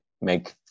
make